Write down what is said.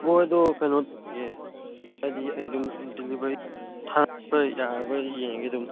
ꯍꯣꯏ ꯑꯗꯣ ꯀꯩꯅꯣ ꯍꯥꯏꯗꯤ ꯑꯩ ꯑꯗꯨꯝ ꯗꯤꯂꯤꯕꯔꯤ ꯊꯥꯔꯛꯄ ꯌꯥꯔꯕ꯭ꯔꯥ ꯌꯦꯡꯉꯒꯦ ꯑꯗꯨꯝ